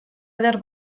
eder